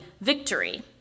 victory